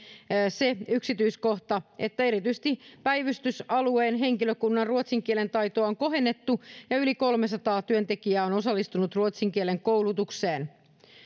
se yksityiskohta että erityisesti päivystysalueen henkilökunnan ruotsin kielen taitoa on kohennettu ja yli kolmesataa työntekijää on osallistunut ruotsin kielen koulutukseen